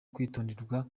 kwitonderwa